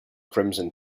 crimson